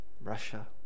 Russia